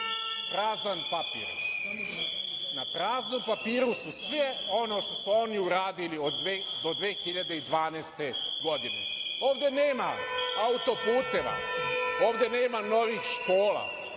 Prazan papir, i na praznom papiru su sve ono što su oni uradili do 2012. godine. Ovde nema auto puteva, ovde nema novih škola,